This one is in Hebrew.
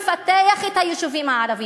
לפתח את היישובים הערביים,